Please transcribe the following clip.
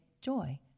joy